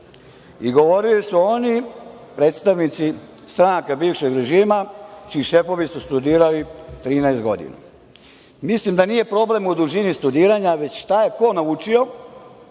a govorili su oni predstavnici stranaka bivšeg režima čiji su šefovi studirali 13 godina. Mislim da nije problem u dužini studiranja, već šta je ko naučio